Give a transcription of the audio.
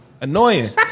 annoying